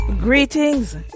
Greetings